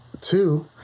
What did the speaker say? Two